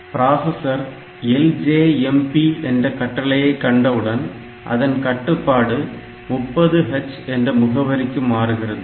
processor LJMP என்ற கட்டளையை கண்டவுடன் அதன் கட்டுப்பாடு 30h என்ற முகவரிக்கு மாறுகிறது